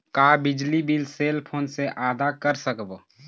का बिजली bill cell phone से आदा कर सकबो?